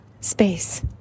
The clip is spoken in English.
space